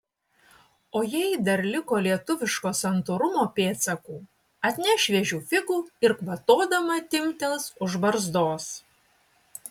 o jei dar liko lietuviško santūrumo pėdsakų atneš šviežių figų ir kvatodama timptels už barzdos